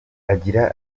agira